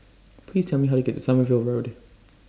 Please Tell Me How to get to Sommerville Road